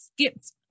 skipped